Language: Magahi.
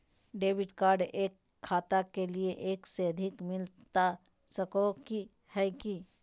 डेबिट कार्ड एक खाता के लिए एक से अधिक मिलता सको है की?